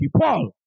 Paul